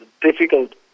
difficult